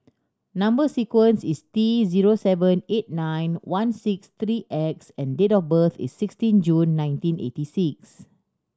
number sequence is T zero seven eight nine one six three X and date of birth is sixteen June nineteen eighty six